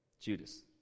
Judas